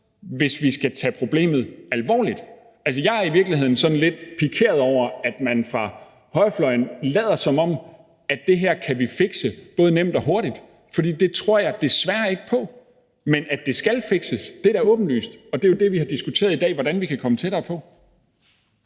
hvis vi skal tage problemet alvorligt. Jeg er i virkeligheden sådan lidt pikeret over, at man fra højrefløjens side lader, som om vi kan fikse det her både nemt og hurtigt, for det tror jeg desværre ikke på. Men at det skal fikses, er da åbenlyst, og det er jo det, vi har diskuteret i dag, altså hvordan vi kan komme tættere på